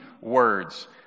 words